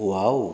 wow